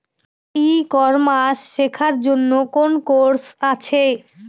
ই commerce শেক্ষার জন্য কোন কোর্স আছে?